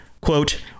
quote